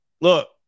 Look